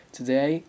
Today